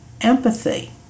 empathy